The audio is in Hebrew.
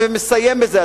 מסיים בזה,